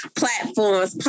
platforms